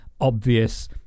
obvious